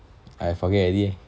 I forget already